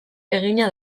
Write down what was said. egina